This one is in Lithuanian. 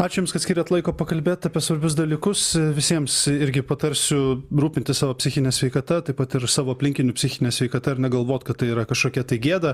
ačiū jums kad skyrėt laiko pakalbėt apie svarbius dalykus visiems irgi patarsiu rūpintis savo psichine sveikata taip pat ir savo aplinkinių psichine sveikata ir negalvot kad tai yra kažkokia tai gėda